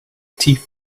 teeth